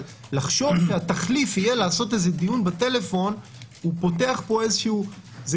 לחשוב שהתחליף יהיה לעשות דיון בטלפון פותח זה